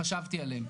חשבתי עליהם,